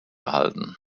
halten